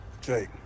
Jake